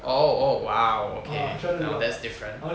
oh oh !wow! okay now that's different